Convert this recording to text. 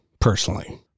personally